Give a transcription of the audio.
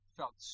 felt